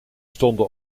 stonden